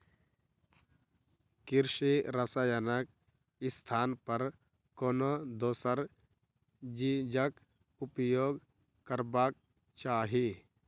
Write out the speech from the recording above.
कृषि रसायनक स्थान पर कोनो दोसर चीजक उपयोग करबाक चाही